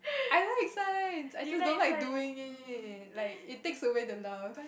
I like science I just don't like doing it like it takes away the love